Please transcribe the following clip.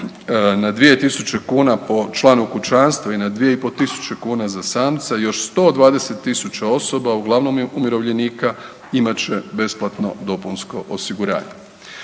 na 2.000 kuna po članu kućanstva i na 2.500 kuna za samca još 120.000 osoba uglavnom umirovljenika imat će besplatno dopunsko osiguranje.